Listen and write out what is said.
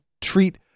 treat